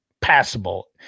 passable